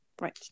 Right